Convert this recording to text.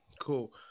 cool